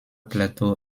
plateau